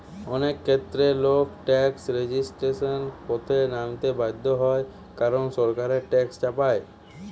অনেক ক্ষেত্রে লোক ট্যাক্স রেজিস্ট্যান্সের পথে নামতে বাধ্য হয় কারণ সরকার ট্যাক্স চাপায়